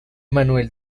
manuel